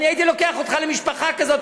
אני הייתי לוקח אותך למשפחה כזאת,